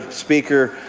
speaker.